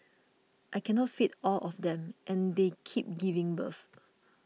I cannot feed all of them and they keep giving birth